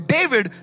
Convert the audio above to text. David